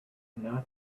not